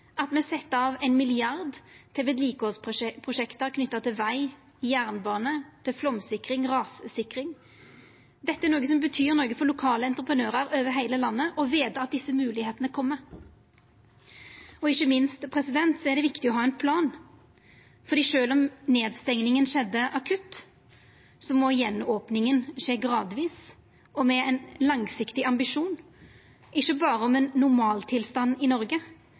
at me set ordentleg kraft bak det å setja hjula i gang i norsk økonomi. Me set av ei dobling i løyvingane til grøn skipsfart, me set av 1 mrd. kr til vedlikehaldsprosjekt knytte til veg, jernbane, flaumsikring og rassikring. Dette er noko som betyr noko for lokale entreprenørar over heile landet – å vita at desse moglegheitene kjem. Ikkje minst er det viktig å ha ein plan, for sjølv om nedstenginga skjedde akutt, må gjenopninga skje gradvis og